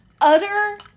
utter